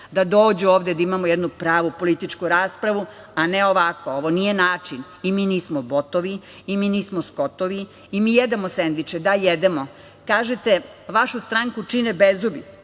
da dođu ovde da imamo jednu pravu političku raspravu, a ne ovako, ovo nije način. Mi nismo botovi i mi nismo skotovi i mi jedemo sendviče. Da, jedemo. Kažete, vašu stranku čine bezubi.